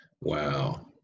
Wow